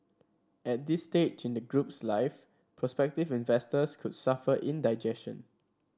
at this stage in the group's life prospective investors could suffer indigestion